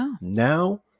now